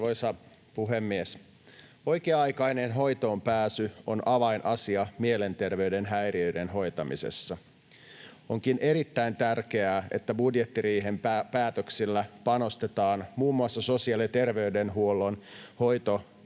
Arvoisa puhemies! Oikea-aikainen hoitoonpääsy on avainasia mielenterveyden häiriöiden hoitamisessa. Onkin erittäin tärkeää, että budjettiriihen päätöksillä panostetaan muun muassa sosiaali- ja terveydenhuollon hoito-,